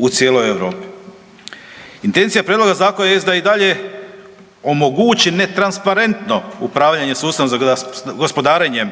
u cijeloj Europi. Intencija prijedloga zakona jest da i dalje omogući netransparentno upravljanje sustavom za gospodarenjem